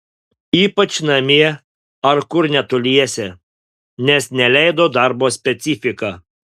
ypač namie ar kur netoliese nes neleido darbo specifika